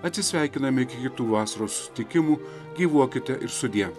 atsisveikiname iki kitų vasaros susitikimų gyvuokite ir sudie